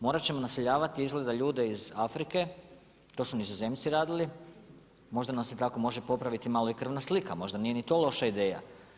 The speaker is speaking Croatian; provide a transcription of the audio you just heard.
Morat ćemo naseljavati izgleda ljude iz Afrike, to su Nizozemci radili, možda nam se tako može popraviti malo i krvna slika, možda nije ni to loša ideja.